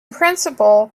principle